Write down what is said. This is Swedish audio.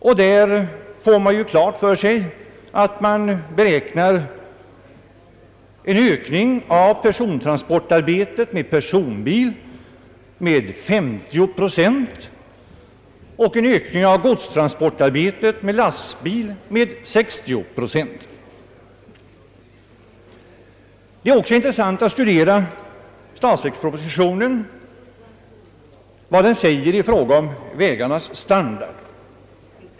Vi får klart för oss att man där beräknar en ökning av persontransportarbetet med personbil av 50 procent och en ökning av godstransportarbetet med lastbil av 60 procent. Det är också intressant att studera vad statsverkspropositionen säger i fråga om vägarnas standard.